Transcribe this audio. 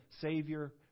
savior